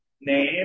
name